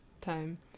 time